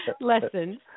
lesson